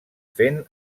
fent